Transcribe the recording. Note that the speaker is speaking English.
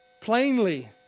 plainly